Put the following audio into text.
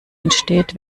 entsteht